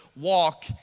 walk